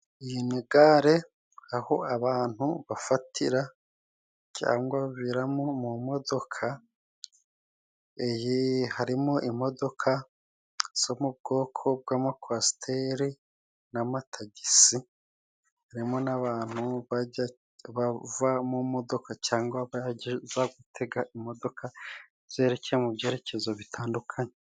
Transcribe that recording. Iyi ni gare aho abantu bafatira cyangwa baviramo mu modoka, harimo imodoka zo mu bwoko bw'amakwasiteri n'amatagisi ,harimo n'abantu ba bava mu modoka cyangwa bagerageza gutega imodoka zerekeye mu byerekezo bitandukanye.